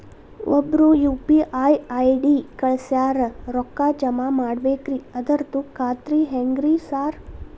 ಒಬ್ರು UPI ID ಕಳ್ಸ್ಯಾರ ರೊಕ್ಕಾ ಜಮಾ ಮಾಡ್ಬೇಕ್ರಿ ಅದ್ರದು ಖಾತ್ರಿ ಹೆಂಗ್ರಿ ಸಾರ್?